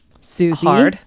Susie